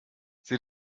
sie